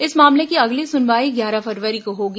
इस मामले की अगली सुनवाई ग्यारह फरवरी को होगी